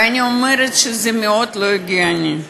ואני אומרת שזה מאוד לא הגיוני.